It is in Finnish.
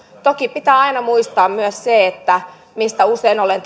toki pitää aina muistaa myös se että mistä usein olen